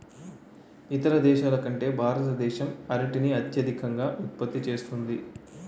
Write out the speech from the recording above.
ఇతర దేశాల కంటే భారతదేశం అరటిని అత్యధికంగా ఉత్పత్తి చేస్తుంది